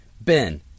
Ben